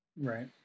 right